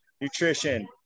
nutrition